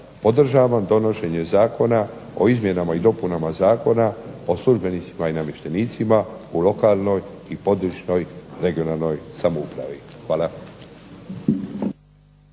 podržavam donošenje Zakona o izmjenama i dopunama Zakona o službenicima i namještenicima u lokalnoj i područnoj (regionalnoj) samoupravi. Hvala.